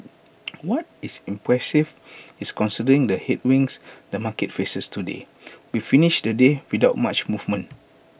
what is impressive is considering the headwinds the market faces today we finished the day without much movements